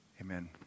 Amen